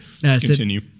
Continue